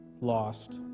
lost